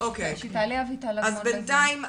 אז בינתיים,